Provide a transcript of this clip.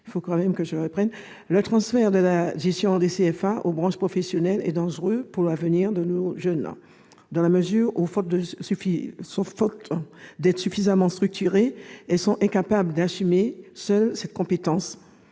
de formation des apprentis, CFA, aux branches professionnelles est dangereux pour l'avenir de nos jeunes dans la mesure où, faute d'être suffisamment structurées, ces dernières sont incapables d'assumer seules cette compétence.